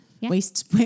Waste